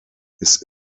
his